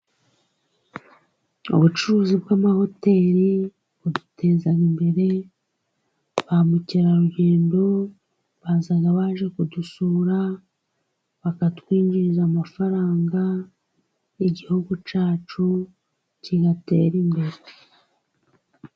Ubucuruzi bw'amahoteri buduteza imbere, ba mukerarugendo baza baje kudusura bakatwinjiriza amafaranga, igihugu cyacu kigatera imbere.